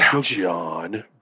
John